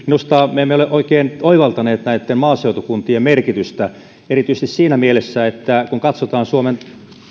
minusta me emme ole oikein oivaltaneet näitten maaseutukuntien merkitystä erityisesti siinä mielessä että kun katsotaan suomen